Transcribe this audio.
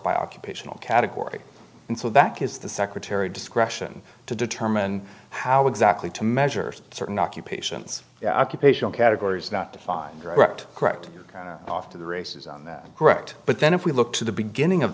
by occupational category and so that is the secretary discretion to determine how exactly to measure certain occupations yeah occupational categories not defined direct correct off to the races on that correct but then if we look to the beginning of